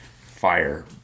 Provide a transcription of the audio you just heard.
fire